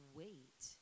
wait